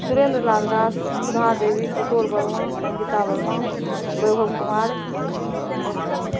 सुरेन्द्र लाल दास सुधा देवी किशोर वर्मा सङ्गीता वर्मा वैभव कुमार आओर कहब